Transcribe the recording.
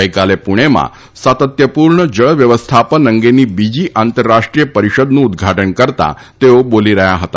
ગઈકાલે પુણેમાં સાતત્યપૂર્ણ જળ વ્યવસ્થાપન અંગેની બીજી આંતરરાષ્ટ્રીય પરિષદનું ઉદઘાટન કરતા તેઓ બોલી રહ્યા હતા